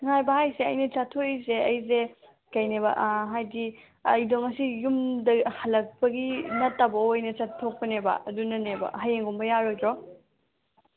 ꯉꯥꯏꯕ ꯍꯥꯏꯁꯦ ꯑꯩꯅ ꯆꯠꯊꯣꯛꯏꯁꯦ ꯑꯩꯁꯦ ꯀꯩꯅꯦꯕ ꯍꯥꯏꯗꯤ ꯑꯩꯗꯣ ꯉꯁꯤ ꯌꯨꯝꯗ ꯍꯜꯂꯛꯄꯒꯤ ꯅꯠꯇꯕ ꯑꯣꯏꯅ ꯆꯠꯊꯣꯛꯄꯅꯦꯕ ꯑꯗꯨꯅꯅꯦꯕ ꯍꯌꯦꯡꯒꯨꯝꯕ ꯌꯥꯔꯣꯏꯗ꯭ꯔꯣ